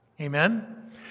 Amen